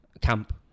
camp